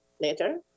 later